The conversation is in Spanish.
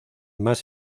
más